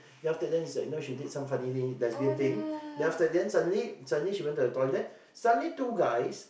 then after that is like you know she did some funny thing lesbian thing then after then suddenly suddenly she went to the toilet suddenly two guys